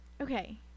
Okay